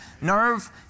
Nerve